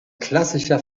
klassischer